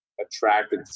attracted